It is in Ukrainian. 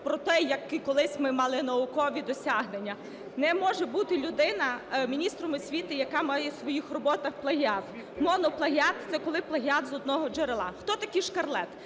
про те, які колись ми мали наукові досягнення. Не може бути людина міністром освіти, яка має в своїх роботах плагіат. Моноплагіат – це коли плагіат з одного джерела. Хто такий Шкарлет?